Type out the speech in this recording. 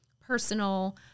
personal